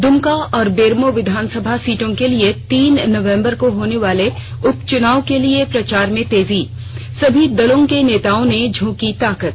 दुमका और बेरमो विधानसभा सीटों के लिए तीन नवंबर को होने वाले उपचुनाव के लिए प्रचार में तेजी सभी दलों के नेताओं ने झोंकी ताकत